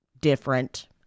different